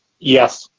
yes.